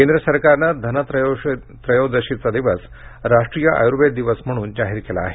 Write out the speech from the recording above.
केंद्र सरकारने धनत्रयोदशीचा दिवस राष्ट्रीय आयुर्वेद दिवस म्हणून जाहीर केला आहे